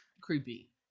creepy